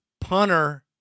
punter